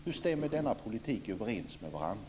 Hur stämmer dessa två propositioner överens med varandra?